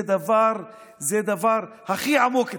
זה דבר הכי עמוק אצלי.